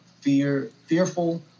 fearful